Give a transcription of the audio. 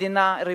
כמדינה ריבונית.